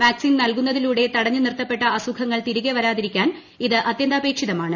vaccine നൽകുന്നതിലൂടെ തടഞ്ഞുനിർത്തപ്പെട്ട അസുഖങ്ങൾ തിരികെ വരാതിരിക്കാൻ ഇത് അതൃന്താപേക്ഷിതമാണ്